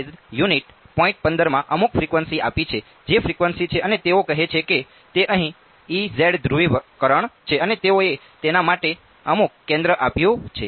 15 માં અમુક ફ્રિકવન્સી આપી છે જે ફ્રિકવન્સી છે અને તેઓ કહે છે કે તે અહીં ધ્રુવીકરણ છે અને તેઓએ તેના માટે અમુક કેન્દ્ર આપ્યું છે